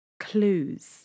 clues